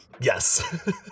Yes